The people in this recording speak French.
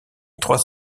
trois